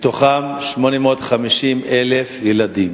מתוכם 850,000 ילדים.